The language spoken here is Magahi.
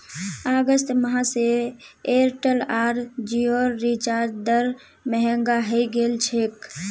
अगस्त माह स एयरटेल आर जिओर रिचार्ज दर महंगा हइ गेल छेक